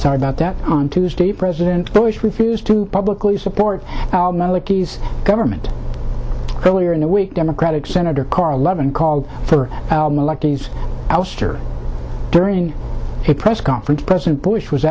sorry about that on tuesday president bush refused to publicly support the government earlier in the week democratic senator carl levin called for these ouster during his press conference president bush was